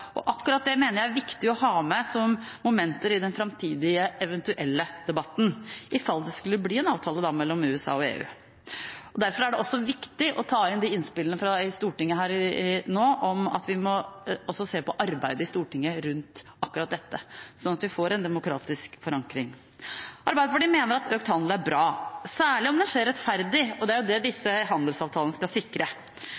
Akkurat det mener jeg er viktig å ha med som momenter i den framtidige eventuelle debatten, i fall det skulle bli en avtale mellom USA og EU. Derfor er det også viktig å ta inn innspillene fra Stortinget nå om at vi må se på arbeidet rundt akkurat dette, så vi får en demokratisk forankring. Arbeiderpartiet mener at økt handel er bra, særlig om det skjer rettferdig, og det er det